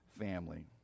family